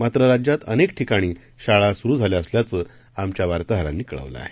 मात्रराज्यातअनेकठिकाणीशाळासुरूझाल्याअसल्याचंआमच्यावार्ताहरांनीकळवलंआहे